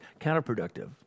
counterproductive